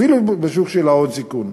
אפילו בשוק של ההון-סיכון.